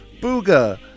Booga